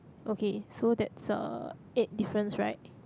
okay so that's uh eight difference right